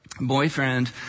Boyfriend